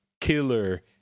killer